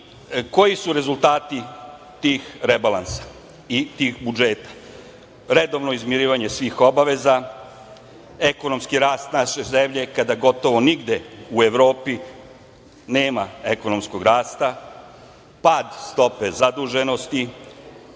Koji su rezultati tih rebalansa i tih budžeta? Redovno izmirivanje svih obaveza, ekonomski rast naše zemlje kada gotovo nigde u Evropi nema ekonomskog rasta, pad stope zaduženosti,